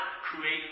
create